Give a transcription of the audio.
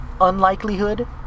unlikelihood